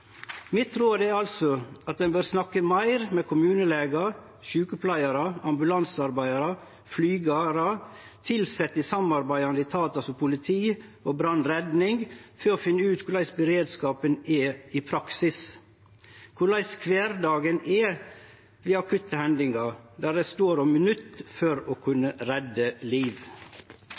Mitt råd er at ein bør snakke meir med kommunelegar, sjukepleiarar, ambulansearbeidarar, flygarar og tilsette i samarbeidande etatar som politi og brann og redning, for å finne ut korleis beredskapen er i praksis, korleis kvardagen er med akutte hendingar der det står om minutt for å kunne redde liv.